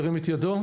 ירים את ידו.